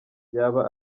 yaba